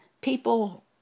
People